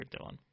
Dylan